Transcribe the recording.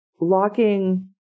locking